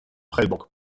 prellbock